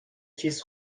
چیز